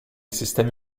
sistemi